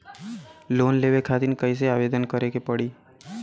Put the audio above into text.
Loan लेवे खातिर कइसे आवेदन करें के पड़ी?